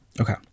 Okay